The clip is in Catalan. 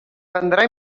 prendrà